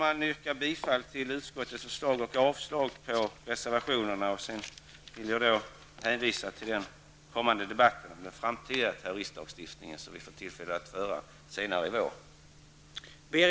Jag yrkar bifall till utskottets hemställan och avslag på reservationerna. Jag vill härutöver hänvisa till den debatt om den framtida terroristlagstiftningen som vi får tillfälle att föra senare i vår.